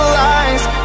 lies